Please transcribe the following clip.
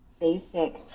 basic